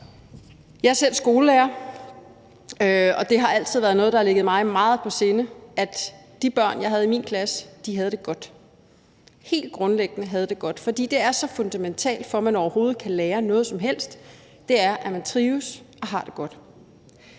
Jeg er selv skolelærer, og det har altid være noget, der har ligget mig meget på sinde, at de børn, jeg havde i min klasse, havde det godt – helt grundlæggende havde det godt. For det er så fundamentalt for, at man overhovedet kan lære noget som helst, at man trives og har det godt.